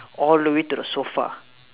all the way to the sofa